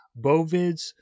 bovids